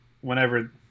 whenever